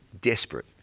desperate